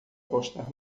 postar